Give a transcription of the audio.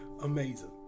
Amazing